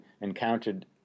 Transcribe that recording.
encountered